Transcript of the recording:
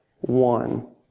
one